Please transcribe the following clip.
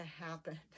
happen